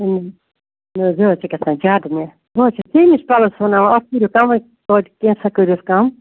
نہَ حظ یہِ حظ چھِ گژھان زیادٕ مےٚ بہٕ حظ چھَس ژیٚے نِش پلو سُوٕناوان اَتھ کٔرِو کَمٕے توتہِ کینٛژھا کٔرۍہوٗس کَم